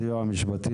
הסיוע המשפטי,